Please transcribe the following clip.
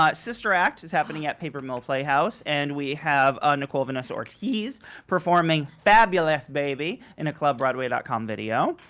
um sister act is happening at paper mill playhouse and we have ah nicola vanessa ortiz performing fabulous, baby! in a clubbroadway dot com video.